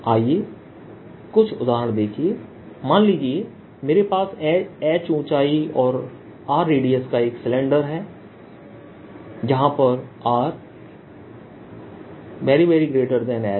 आइए कुछ उदाहरण देखें मान लीजिए मेरे पास ऊंचाई h और रेडियस r का एक सिलेंडर है Rhहै